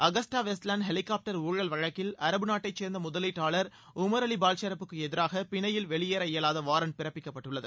Agusta Westland helicopter ஊழல் வழக்கில் அரபு நாட்டைச் சேர்ந்த முதலீட்டாளர் உமர் அலி பால்சராப் புக்கு எதிராக பிணையில் வெளியேற இயலாத வாரண்ட் பிறப்பிக்கப்பட்டுள்ளது